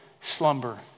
slumber